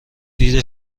دید